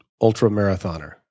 ultra-marathoner